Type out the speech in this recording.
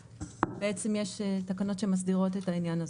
בעצם יש תקנות שמסדירות את העניין הזה.